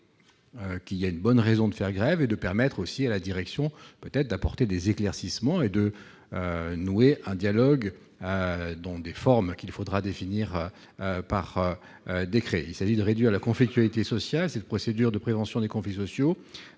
y a une bonne raison de faire grève et de permettre aussi à la direction peut-être d'apporter des éclaircissements et de nouer un dialogue dans des formes qu'il faudra définir par décret, il s'agit de réduire la conflictualité sociale, cette procédure de prévention des conflits sociaux